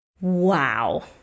wow